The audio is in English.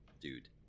dude